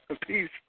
Peace